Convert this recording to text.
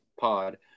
Pod